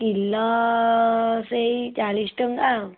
kilo ସେଇ ଚାଳିଶ ଟଙ୍କା ଆଉ